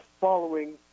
following